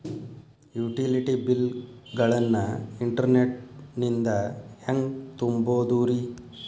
Utility bill ಗಳನ್ನ internet ನಿಂದ ಹೆಂಗ್ ತುಂಬೋದುರಿ?